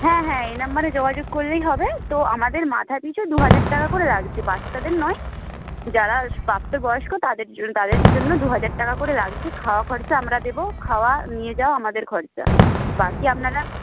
হ্যাঁ হ্যাঁ এই নাম্বারে যোগাযোগ করলেই হবে তো আমাদের মাথা পিছু দু হাজার টাকা করে লাগছে বাচ্চাদের নয় যারা স প্রাপ্তবয়স্ক তাদের জন তাদেরই জন্য দু হাজার টাকা করে লাগছে খাওয়া খরচা আমরা দেবো খাওয়া নিয়ে যাওয়া আমাদের খরচা বাকি আপনারা